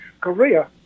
Korea